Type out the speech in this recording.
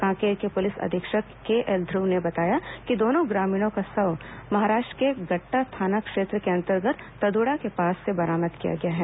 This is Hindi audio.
कांकेर के पुलिस अधीक्षक केएल ध्रुव ने बताया कि दोनों ग्रामीणों का शव महाराष्ट्र के गट्टा थाना क्षेत्र के अंतर्गत तदडा के पास से बरामद किया गया है